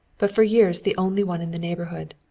but for years the only one in the neighborhood.